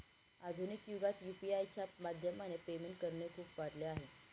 आधुनिक युगात यु.पी.आय च्या माध्यमाने पेमेंट करणे खूप वाढल आहे